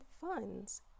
funds